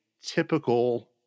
typical